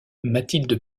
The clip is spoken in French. mathilde